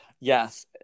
Yes